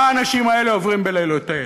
מה האנשים האלה עוברים בלילותיהם?